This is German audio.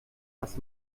ass